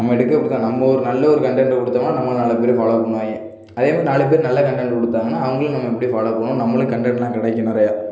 நம்ம எடுக்கிறத பொறுத்து தான் நம்ம ஒரு நல்ல ஒரு கண்டெண்டு கொடுத்தோம்னா நம்மளை நாலு பேர் ஃபாலோ பண்ணுவாங்க அதே மாதிரி நாலு பேரு நல்ல கண்டெண்ட் கொடுத்தாங்கன்னா அவங்களும் நம்ம அப்படியே ஃபாலோ பண்ணுவோம் நம்மளும் கண்டெண்ட்லாம் கிடைக்கும் நிறையா